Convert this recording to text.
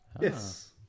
yes